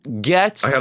Get